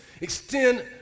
Extend